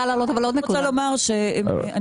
אני